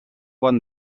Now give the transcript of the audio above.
bon